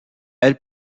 elle